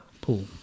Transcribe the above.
Pool